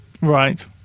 Right